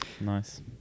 nice